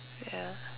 ya